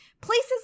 Places